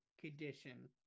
condition